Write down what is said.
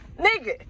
nigga